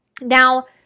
Now